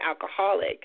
alcoholic